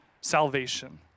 salvation